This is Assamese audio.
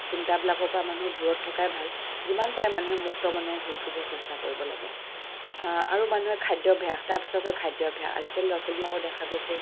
চিন্তাবিলাকৰ পৰা মানুহ দূৰত থকাই ভাল যিমান পাৰে মানুহে মুক্ত মনেৰে ঘূৰি ফুৰিব চেষ্টা কৰিব লাগে আৰু মানুহে খাদ্যভ্যাস তাৰপিছত হ'ল খাদ্যভ্যাস আজিকালি ল'ৰা ছোৱালীবিলাকৰ দেখা গৈছে